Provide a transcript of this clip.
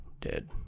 dead